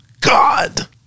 God